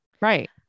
Right